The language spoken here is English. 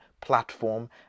platform